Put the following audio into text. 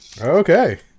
okay